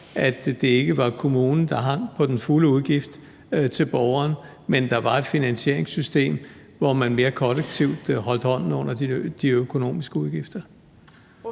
at det ikke var kommunen, der hang på den fulde udgift til borgeren, men at der var et finansieringssystem, hvor man mere kollektivt holdt hånden under de økonomiske udgifter?